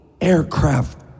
aircraft